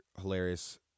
hilarious